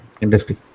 industry